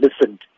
listened